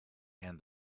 and